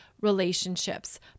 relationships